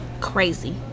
Crazy